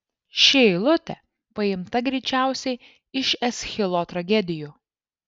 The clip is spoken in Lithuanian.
ši eilutė paimta greičiausiai iš eschilo tragedijų